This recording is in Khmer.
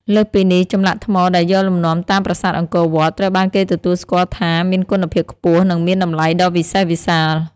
លើសពីនេះ ចម្លាក់ថ្មដែលយកលំនាំតាមប្រាសាទអង្គរវត្ត ត្រូវបានគេទទួលស្គាល់ថាមានគុណភាពខ្ពស់ និងមានតម្លៃដ៏វិសេសវិសាល។